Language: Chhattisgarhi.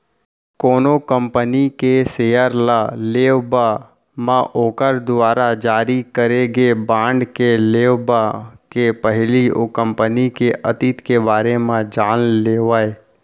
कोनो कंपनी के सेयर ल लेवब म ओखर दुवारा जारी करे गे बांड के लेवब के पहिली ओ कंपनी के अतीत के बारे म जान लेवय